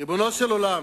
ריבונו של עולם,